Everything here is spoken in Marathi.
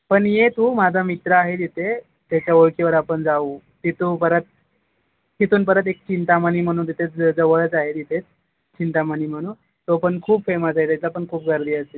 पण ये तू माझा मित्र आहे तिथे त्याच्या ओळखीवर आपण जाऊ तिथून परत तिथून परत एक चिंतामणी म्हणून तिथेच जवळच आहे तिथे चिंतामणी म्हणून तो पण खूप फेमस आहे तिथं पण खूप गर्दी असते